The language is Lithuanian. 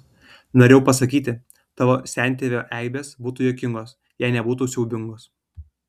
norėjau pasakyti tavo sentėvio eibės būtų juokingos jei nebūtų siaubingos